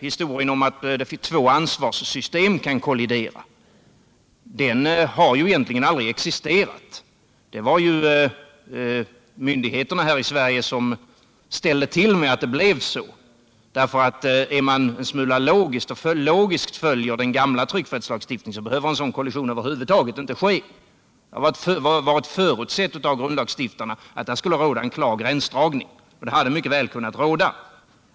Situationen att två ansvarssystem skulle kunna kollidera har egentligen aldrig existerat. Det var myndigheterna här i Sverige som ställde till att det blev så. Är man logisk och följer den gamla tryckfrihetsförordningen behöver en sådan kollision inte ske. Grundlagsstiftarna hade förutsett den situationen och sagt att det skulle råda en klar gränsdragning — och den hade mycket väl kunnat få råda.